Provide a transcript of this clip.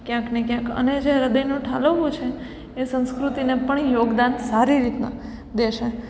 ક્યાંક ને ક્યાંક અને જે આ હૃદયનું ઠાલવવું છે એ સંસ્કૃતિને પણ યોગદાન સારી રીતના દેશે